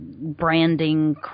branding